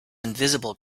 invisible